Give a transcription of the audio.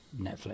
netflix